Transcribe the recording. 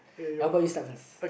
how about you start first